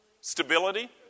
Stability